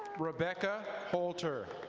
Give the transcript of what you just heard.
rebecca holter.